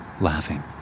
laughing